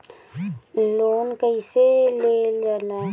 Loan कईसे लेल जाला?